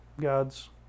God's